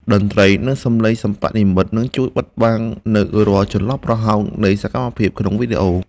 តន្ត្រី និង សម្លេងសិប្បនិម្មិតនឹងជួយបិទបាំងនូវរាល់ចន្លោះប្រហោងនៃសកម្មភាពក្នុងវីដេអូ។